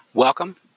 Welcome